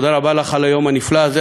תודה רבה לך על היום הנפלא הזה.